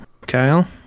Kyle